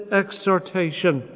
exhortation